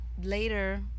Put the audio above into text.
later